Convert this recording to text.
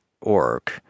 org